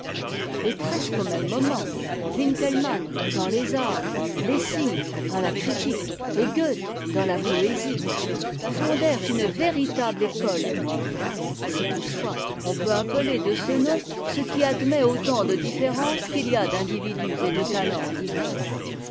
etpresqu'au même moment winkelmann dans les arts lessing dans la critique et goethe dans la poésie fondèrent une véritable école allemande si toutefois on peut appeler de ce nom ce qui admet autant de différences qu'il y a d'individus et de talents divers